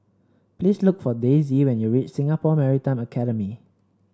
please look for Daisey when you reach Singapore Maritime Academy